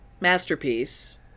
masterpiece